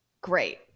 Great